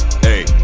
Hey